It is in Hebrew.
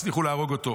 הצליחו להרוג אותו,